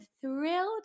thrilled